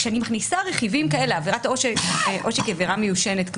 כשאני מכניסה רכיבים כאלה עבירת עושק היא עבירה מיושנת,